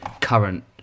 current